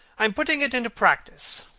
i am putting it into practice,